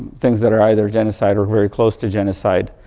things that are either genocide or very close to genocide,